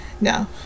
no